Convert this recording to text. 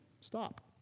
Stop